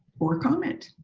or a comment?